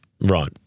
Right